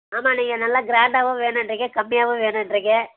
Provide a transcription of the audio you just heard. ஆமாம் நீங்கள் நல்ல க்ராண்ட்டாகவும் வேணுன்றீங்க கம்மியாகவும் வேணுன்றீங்க